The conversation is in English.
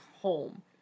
home